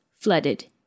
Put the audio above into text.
flooded